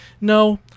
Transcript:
no